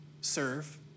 serve